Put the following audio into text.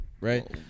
right